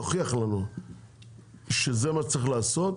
תוכיח לנו שזה מה שצריך לעשות,